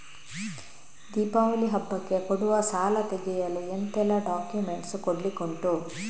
ದೀಪಾವಳಿ ಹಬ್ಬಕ್ಕೆ ಕೊಡುವ ಸಾಲ ತೆಗೆಯಲು ಎಂತೆಲ್ಲಾ ಡಾಕ್ಯುಮೆಂಟ್ಸ್ ಕೊಡ್ಲಿಕುಂಟು?